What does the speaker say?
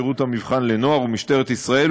שירות המבחן לנוער ומשטרת ישראל,